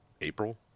April